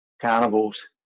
carnivals